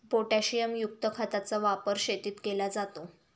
पोटॅशियमयुक्त खताचा वापर शेतीत केला जातो